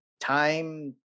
time